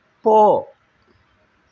போ